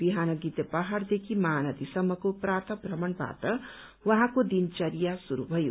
विहान गिद्ध पहाड़देखि महानदीसम्मको प्रातः भ्रमणबाट उहाँको दिनचर्चा श्रुरू भयो